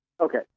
Okay